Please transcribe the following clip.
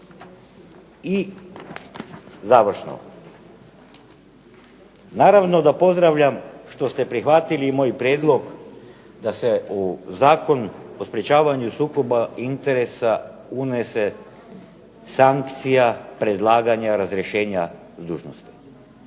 I završno. Naravno da pozdravljam što ste prihvatili i moj prijedlog da se u Zakon o sprječavanju sukoba interesa unese sankcija predlaganja razrješenja s dužnosti.